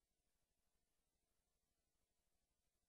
תראו, עברו